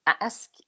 ask